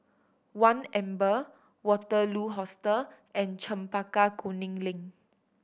One Amber Waterloo Hostel and Chempaka Kuning Link